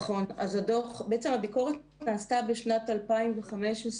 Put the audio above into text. הביקורת נעשתה בשנת 2015,